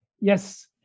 Yes